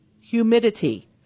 humidity